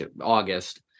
August